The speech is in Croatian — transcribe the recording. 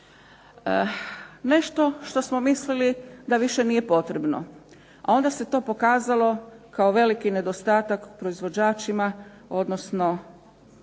Nešto što smo mislili da više nije potrebno, a onda se to pokazalo kao veliki nedostatak proizvođačima, odnosno